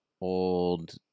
old